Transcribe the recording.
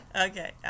Okay